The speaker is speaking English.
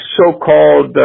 so-called